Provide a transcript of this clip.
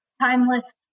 timeless